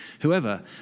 whoever